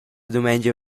dumengia